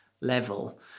level